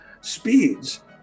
speeds